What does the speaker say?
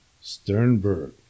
Sternberg